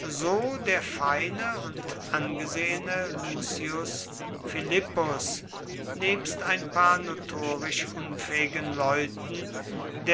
so der feine und angesehene lucius philippus nebst ein paar notorisch unfähigen leuten